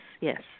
yes